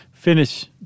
Finish